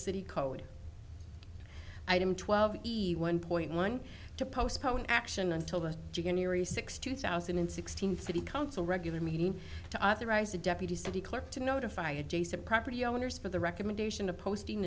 city code item twelve easy one point one to postpone action until the january sixth two thousand and sixteen city council regular meeting to authorize the deputy city clerk to notify adjacent property owners for the recommendation of posting